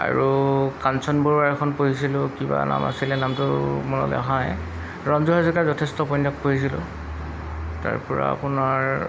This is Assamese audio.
আৰু কাঞ্চন বৰুৱাৰ এখন পঢ়িছিলোঁ কিবা নাম আছিলে নামটো মনলৈ অহা নাই ৰঞ্জু হাজৰিকাৰ যথেষ্ট উপন্যাস পঢ়িছিলোঁ তাৰ পৰা আপোনাৰ